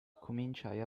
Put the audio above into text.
cominciai